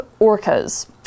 orcas